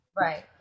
Right